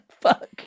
Fuck